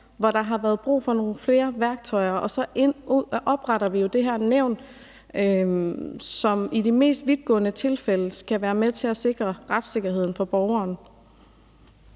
hvor der har været brug for nogle flere værktøjer, og så opretter vi jo det her nævn, som i de mest vidtgående tilfælde skal være med til at sikre retssikkerheden for borgeren.